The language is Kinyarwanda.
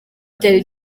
byari